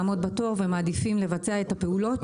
לעמוד בתור ומעדיפים לבצע את הפעולות,